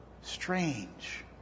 Strange